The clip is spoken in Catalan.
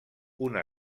una